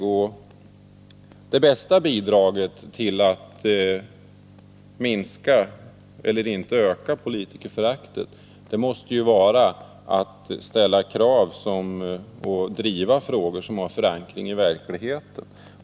Men det bästa bidraget för att inte öka politikerföraktet måste ju vara att ställa krav och driva frågor som har förankring i verkligheten.